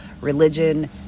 religion